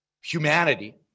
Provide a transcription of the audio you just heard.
humanity